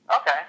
Okay